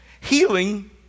Healing